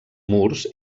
murs